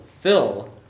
Phil